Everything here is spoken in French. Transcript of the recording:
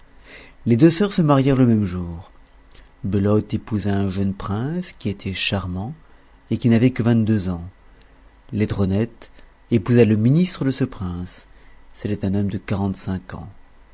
les deux sœurs se marièrent le même jour belote épousa un jeune prince qui était charmant et qui n'avait que vingt-deux ans laidronette épousa le ministre de ce prince c'était un homme de quarante-cinq ans